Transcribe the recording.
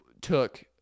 took